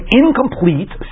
incomplete